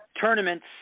tournaments